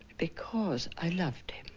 because i loved